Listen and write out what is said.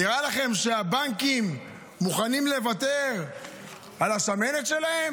נראה לכם שהבנקים מוכנים לוותר על השמנת שלהם?